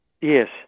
Yes